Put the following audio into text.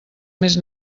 més